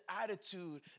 attitude